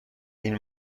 این